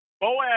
Boaz